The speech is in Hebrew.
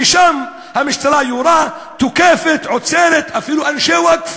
ושם המשטרה יורה, תוקפת, עוצרת אפילו אנשי ווקף.